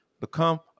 Become